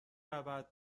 رود